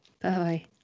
Bye